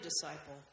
disciple